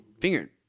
finger